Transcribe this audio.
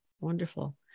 Wonderful